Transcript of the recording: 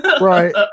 Right